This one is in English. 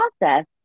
process